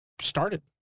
started